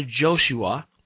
Joshua